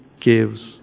gives